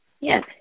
Yes